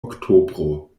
oktobro